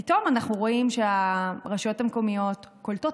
פתאום אנחנו רואים שהרשויות המקומיות קולטות